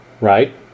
right